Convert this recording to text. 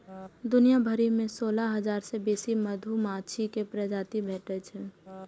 दुनिया भरि मे सोलह हजार सं बेसी मधुमाछी के प्रजाति भेटै छै